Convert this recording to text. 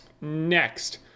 Next